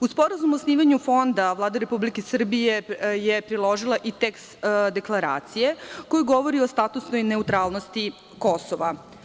Uz Sporazum o osnivanju Fonda Vlada Republike Srbije je priložila i tekst Deklaracije koja govori o statusnoj neutralnosti Kosova.